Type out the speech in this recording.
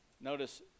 notice